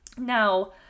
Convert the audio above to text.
Now